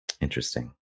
Interesting